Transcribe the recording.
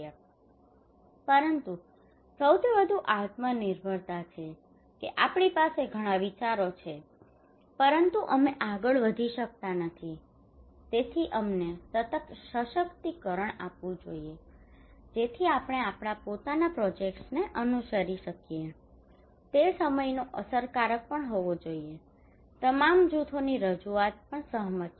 માલિકી પરંતુ સૌથી વધુ આત્મનિર્ભરતા છે કે આપણી પાસે ઘણા વિચારો છે પરંતુ અમે આગળ વધી શકતા નથી તેથી અમને સશક્તિકરણ આપવું જોઈએ જેથી આપણે આપણા પોતાના પ્રોજેક્ટ્સને અનુસરી શકીએ તે સમયનો અસરકારક પણ હોવો જોઈએ અને તમામ જૂથોની રજૂઆત પર સહમત છે